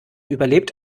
überlebt